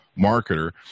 marketer